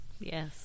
Yes